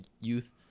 youth